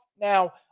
Now